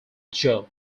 joe